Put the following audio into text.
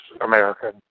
American